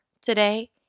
today